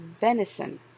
Venison